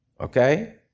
Okay